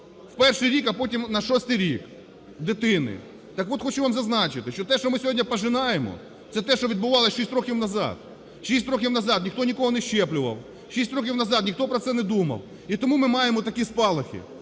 В перший рік, а потім на шостий рік дитини. Так от, хочу вам зазначити, що те, що ми сьогодні пожинаємо, це те, що відбувалося 6 років назад. Шість років назад ніхто нікого не щеплював, 6 років назад ніхто про це не думав. І тому ми маємо такі спалахи.